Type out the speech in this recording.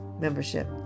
membership